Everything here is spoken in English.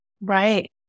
Right